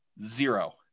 Zero